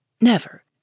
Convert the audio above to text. Never